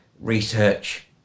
research